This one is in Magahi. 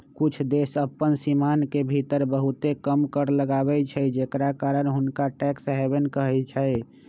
कुछ देश अप्पन सीमान के भीतर बहुते कम कर लगाबै छइ जेकरा कारण हुंनका टैक्स हैवन कहइ छै